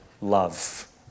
love